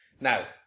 now